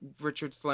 Richard